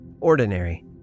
ordinary